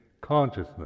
consciousness